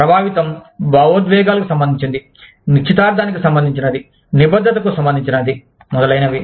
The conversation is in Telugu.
ప్రభావితం భావోద్వేగాలకు సంబంధించినది నిశ్చితార్థానికి సంబంధించినది నిబద్ధతకు సంబంధించినది మొదలైనవి